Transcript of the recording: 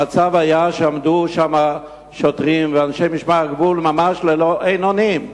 המצב היה שעמדו שם שוטרים ואנשי משמר הגבול ממש אין-אונים,